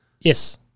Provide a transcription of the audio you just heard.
Yes